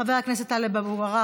חבר הכנסת יהודה גליק,